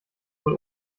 wohl